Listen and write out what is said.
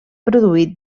produït